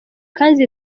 kandi